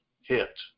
hit